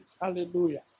Hallelujah